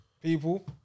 people